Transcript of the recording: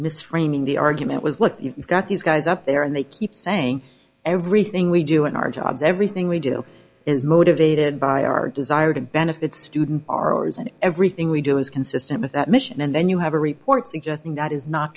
framing the argument was look you've got these guys up there and they keep saying everything we do in our jobs everything we do is motivated by our desire to benefit students are ours and everything we do is consistent with that mission and then you have a report suggesting that is not